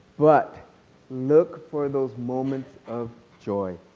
but look for those moments of joy.